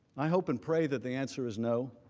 i hope and pray that the answer is no.